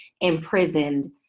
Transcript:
imprisoned